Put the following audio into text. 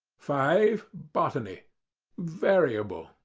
five. botany variable.